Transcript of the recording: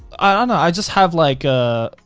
ah know. i just have like a,